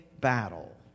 battle